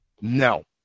no